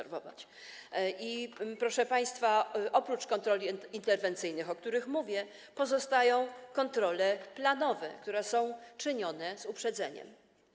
Proszę państwa, oprócz kontroli interwencyjnych, o których mówię, pozostają kontrole planowe, które są przeprowadzane z uprzedzeniem.